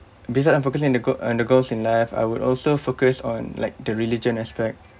besides on focusing the goa~ on the goals in life I would also focus on like the religion aspect